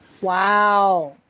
Wow